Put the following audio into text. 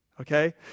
okay